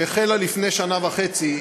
שהחלה לפני שנה וחצי,